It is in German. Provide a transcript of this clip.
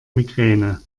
migräne